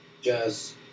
jazz